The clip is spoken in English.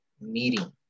meeting